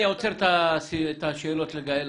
אני עוצר את השאלות לגאל עכשיו,